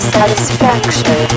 Satisfaction